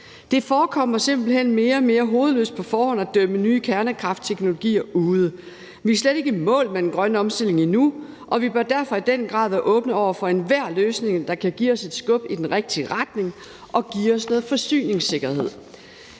Det forekommer simpelt hen mere og mere hovedløst på forhånd at dømme nye kernekraftteknologier ude. Vi er slet ikke i mål med den grønne omstilling endnu, og vi bør derfor i den grad være åbne over for enhver løsning, der kan give os et skub i den rigtige retning, og som kan give os noget forsyningssikkerhed.